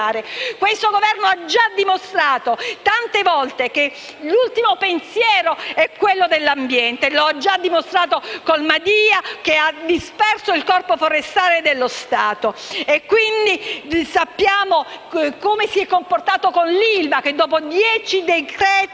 Questo Governo ha già dimostrato tante volte che l'ultimo pensiero è l'ambiente; l'ha già dimostrato con il ministro Madia, che ha disperso il Corpo forestale dello Stato. Sappiamo come si è comportato con l'ILVA: dopo dieci decreti-legge